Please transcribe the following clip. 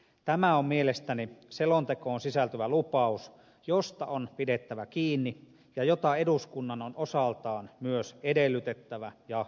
tämä on mielestäni selontekoon sisältyvä lupaus josta on pidettävä kiinni ja jota eduskunnan on osaltaan myös edellytettävä ja seurattava